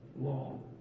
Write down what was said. law